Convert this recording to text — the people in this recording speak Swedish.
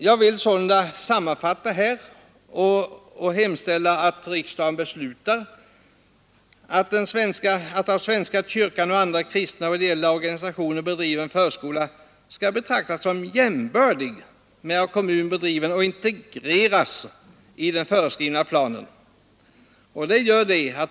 Jag vill sålunda som en sammanfattning hemställa att riksdagen beslutar, att av den svenska kyrkan och av andra kristna ideella organisationer bedriven förskola skall betraktas som jämställd med av kommun bedriven förskola och integreras i den föreskrivna planen.